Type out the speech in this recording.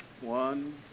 One